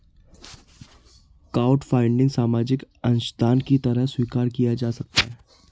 crowdfunding सामाजिक अंशदान की तरह स्वीकार किया जा सकता है